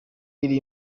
iri